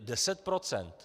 Deset procent.